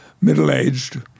middle-aged